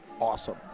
awesome